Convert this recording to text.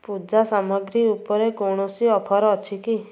ପୂଜା ସାମଗ୍ରୀ ଉପରେ କୌଣସି ଅଫର୍ ଅଛି କି